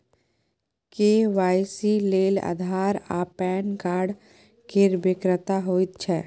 KYC लेल आधार आ PAN card केर बेगरता होइत छै